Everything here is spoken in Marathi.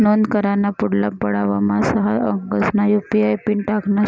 नोंद कराना पुढला पडावमा सहा अंकसना यु.पी.आय पिन टाकना शे